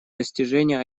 достижение